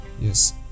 Yes